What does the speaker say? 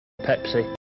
Pepsi